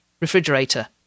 refrigerator